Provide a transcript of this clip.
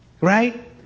right